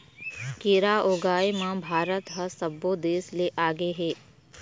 केरा ऊगाए म भारत ह सब्बो देस ले आगे हे